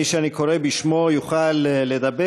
מי שאני קורא בשמו יוכל לדבר.